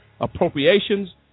Appropriations